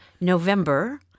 November